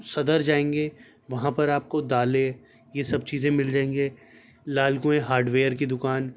صدر جائیں گے وہاں پر آپ کو دالیں یہ سب چیزیں مل جائیں گے لال کنویں ہارڈ ویئر کی دکان